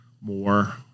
more